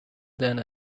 than